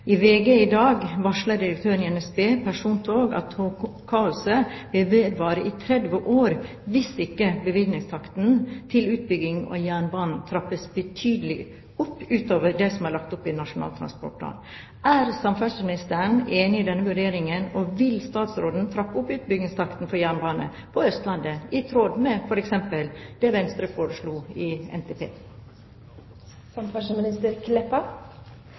i Oslotunnelen er ferdig. I VG i dag varsler direktøren for NSB Persontog at togkaoset vil vedvare i 30 år hvis ikke bevilgningstakten til utbygging av jernbanen trappes betydelig opp, utover det som ligger i Nasjonal transportplan. Er samferdselsministeren enig i denne vurderingen, og vil hun trappe opp utbyggingstakten for jernbane på Østlandet i tråd med f.eks. det Venstre foreslo i